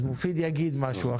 אז מופיד יגיד משהו.